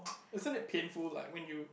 isn't it painful like when you